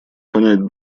понять